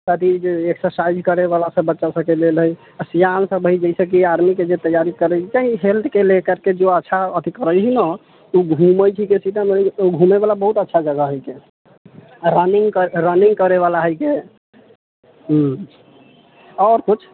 अथि एक्सरसाइज करै बला सभ बच्चा सभके लेल हय सियान सभ हय जाहिसँ की आर्मी के जे तैयारी करै छै कइ हेल्थ कऽ लेकर के जो अच्छा अथि करै हूँ नऽ ओ घुमै छै कि सीतामढ़ी ओ घुमै बला बहुत अच्छा जगह हय के आ रनिंग क रनिंग करै बला हय के हूँ आओर कुछ